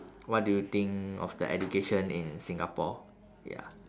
what do you think of the education in singapore ya